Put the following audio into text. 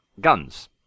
guns